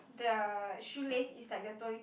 the shoelace is like the